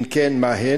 ואם כן, מהן?